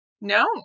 No